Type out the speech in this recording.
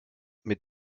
mit